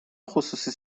خصوصی